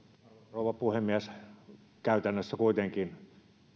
rouva puhemies käytännössä kuitenkin